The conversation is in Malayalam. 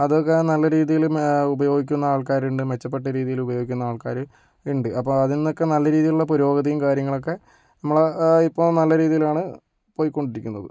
അതൊക്കെ നല്ല രീതിയില് ഉപയോഗിക്കുന്ന ആൾക്കാരുണ്ട് മെച്ചപ്പെട്ട രീതിയില് ഉപയോഗിക്കുന്ന ആൾക്കാര് ഉണ്ട് അപ്പോൾ അതില്ന്നൊക്കെ നല്ല രീതിയിലുള്ള പുരോഗതിയും കാര്യങ്ങളൊക്കേ നമ്മള് ഇപ്പോൾ നല്ല രീതിയിലാണ് പൊയ്കൊണ്ടിരിക്കുന്നത്